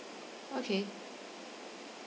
okay